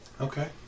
Okay